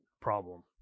problem